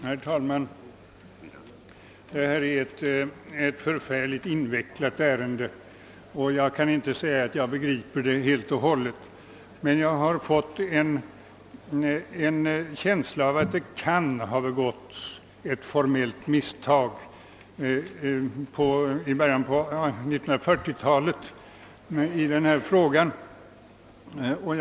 Herr talman! Det här är ett mycket invecklat ärende och jag kan inte säga att jag begriper det helt och hållet. Jag har dock fått en känsla av att det kan ha begåtts ett formellt misstag i denna fråga i början av 1940-talet.